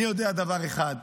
אני יודע דבר אחד,